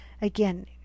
again